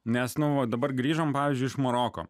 nes nuo va dabar grįžome pavyzdžiui iš maroko